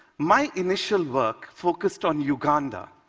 my initial work focused on uganda,